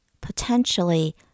potentially